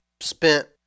spent